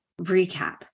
recap